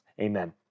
Amen